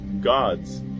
gods